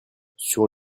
sur